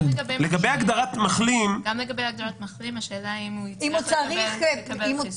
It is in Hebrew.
גם לגבי הגדרת מחלים השאלה אם הוא יצטרך לקבל חיסון.